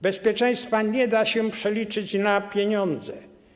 Bezpieczeństwa nie da się przeliczyć na pieniądze.